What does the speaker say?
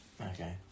Okay